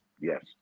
Yes